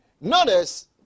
Notice